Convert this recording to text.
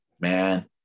man